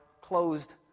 closed